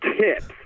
tips